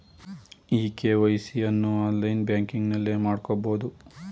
E KYC ಅನ್ನು online ಬ್ಯಾಂಕಿಂಗ್ನಲ್ಲೇ ಮಾಡ್ಕೋಬೋದು